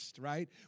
right